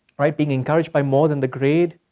writing encouraged by more than the grade,